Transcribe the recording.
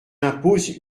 impose